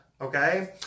Okay